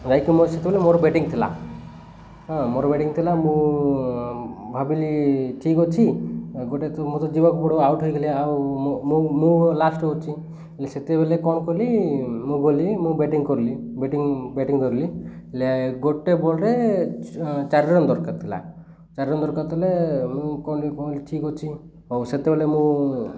ଯାଇଁକି ମୋର ସେତେବେଳେ ମୋର ବ୍ୟାଟିଂ ଥିଲା ହଁ ମୋର ବ୍ୟାଟିଂ ଥିଲା ମୁଁ ଭାବିଲି ଠିକ୍ ଅଛି ଗୋଟେ ମୋତେ ଯିବାକୁ ପଡ଼ିବ ଆଉଟ ହେଇଗଲେ ଆଉ ମୁଁ ମୁଁ ଲାଷ୍ଟ ଅଛି ହେଲେ ସେତେବେଲେ କ'ଣ କଲି ମୁଁ ଗଲି ମୁଁ ବ୍ୟାଟିଂ କରଲି ବେଟିଂ ବ୍ୟାଟିଂ କରିଲି ହେଲେ ଗୋଟେ ବଲ୍ରେ ଚା ଚାରି ରନ୍ ଦରକାର ଥିଲା ଚାରି ରନ୍ ଦରକାର ଥେଲେ ମୁଁ କଣ କହିଲି ଠିକ ଅଛି ହଉ ସେତେବେଳେ ମୁଁ